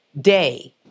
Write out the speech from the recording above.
day